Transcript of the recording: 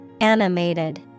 Animated